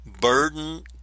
burden